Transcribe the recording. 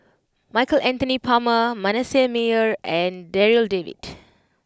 Michael Anthony Palmer Manasseh Meyer and Darryl David